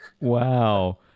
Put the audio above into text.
Wow